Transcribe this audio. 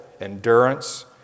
endurance